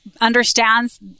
understands